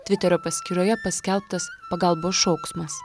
tviterio paskyroje paskelbtas pagalbos šauksmas